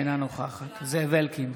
אינה נוכחת זאב אלקין,